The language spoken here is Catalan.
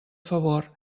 favor